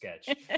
sketch